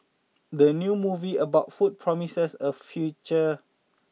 the new movie about food promises a future